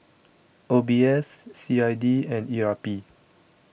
O B S C I D and E R P